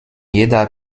jeder